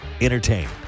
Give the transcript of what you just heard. Entertain